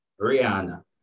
Rihanna